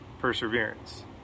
perseverance